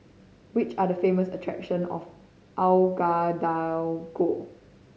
which are the famous attractions of Ouagadougou